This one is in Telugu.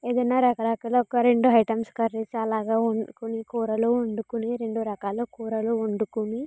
ఏదైనా రక రకరకాల ఒక రెండు ఐటమ్స్ కర్రీస్ అలాగా వండుకుని రెండు కూరలు వండుకుని రెండు రకాల కూరలు వండుకొని